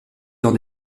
dans